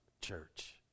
church